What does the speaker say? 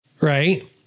Right